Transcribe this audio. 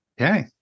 Okay